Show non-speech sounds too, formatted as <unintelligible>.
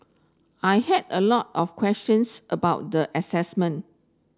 I had a lot of questions about the <unintelligible>